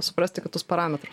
suprasti kitus parametrus